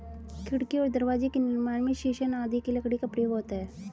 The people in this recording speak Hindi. खिड़की और दरवाजे के निर्माण में शीशम आदि की लकड़ी का प्रयोग होता है